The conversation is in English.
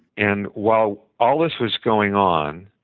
and while all this was going on,